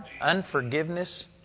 unforgiveness